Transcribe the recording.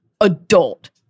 adult